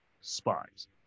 spies